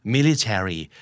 Military